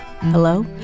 Hello